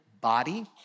body